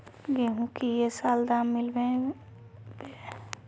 गेंहू की ये साल दाम मिलबे बे?